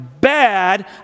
bad